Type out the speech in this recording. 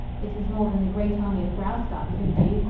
it is more than the great army of graustark could do.